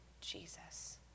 Jesus